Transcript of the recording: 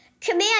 Command